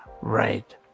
Right